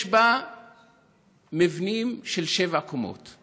יש בה מבנים של שבע קומות.